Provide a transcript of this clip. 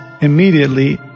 immediately